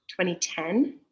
2010